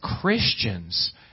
Christians